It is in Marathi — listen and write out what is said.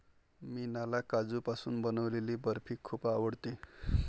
मीनाला काजूपासून बनवलेली बर्फी खूप आवडते